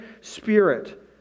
Spirit